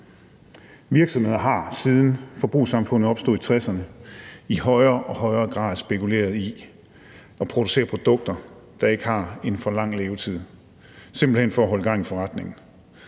Virksomheder har, siden forbrugssamfundet opstod i 1960'erne, i højere og højere grad spekuleret i at producere produkter, der ikke har en for lang levetid, simpelt hen for at holde gang i forretningen.